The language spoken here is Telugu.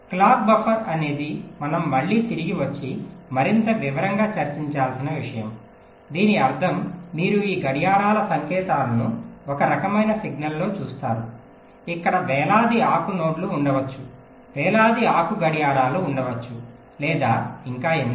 క్లాక్ బఫర్ అనేది మనం మళ్ళీ తిరిగి వచ్చి మరింత వివరంగా చర్చించాల్సిన విషయం దీని అర్థం మీరు ఈ గడియారాల సంకేతాలను ఒక రకమైన సిగ్నల్లో చూస్తారు ఇక్కడ వేలాది ఆకు నోడ్లు ఉండవచ్చు వేలాది ఆకు గడియారాలు ఉండవచ్చు లేదా ఇంకా ఎన్నో